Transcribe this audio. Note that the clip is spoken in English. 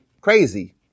crazy